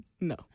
No